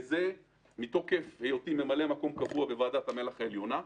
וזה מתוקף היותי ממלא מקום קבוע בוועדת המל"ח העליונה.